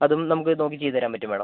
അതും നമുക്ക് നോക്കി ചെയ്തുതരാൻ പറ്റും മാഡം